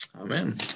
Amen